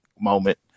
moment